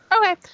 okay